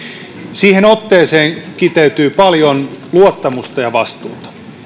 siihen otteeseen kiteytyy paljon luottamusta ja vastuuta